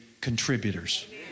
contributors